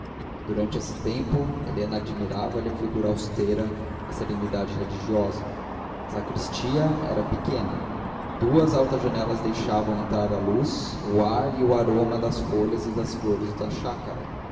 durante esse tempo helena admirava lhe a figura austera a serenidade religiosa a sacristia era pequena duas altas janelas deixavam entrar a luz o ar e o aroma das folhas e das flores da chácara